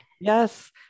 yes